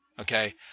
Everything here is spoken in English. okay